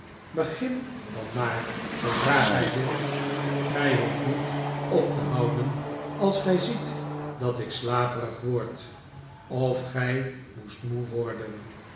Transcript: begin dan maar zoodra gij wilt gij hoeft niet op te houden als gij ziet dat ik slaperig word of gij moest moe worden